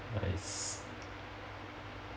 nice